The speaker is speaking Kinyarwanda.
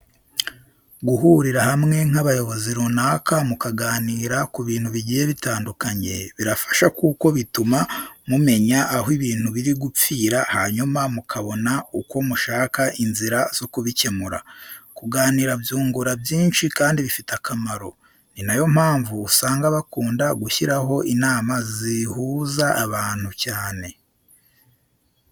Guhurira hamwe nk'abayobozi runaka mukaganira ku bintu bigiye bitandukanye, birafasha kuko bituma mumenya aho ibintu biri gupfira hanyuma mukabona uko mushaka inzira zo kubikemura. Kuganira byungura byinshi kandi bifite akamaro, ni na yo mpamvu usanga bakunda gushyiraho inama zihuza abantu cyane.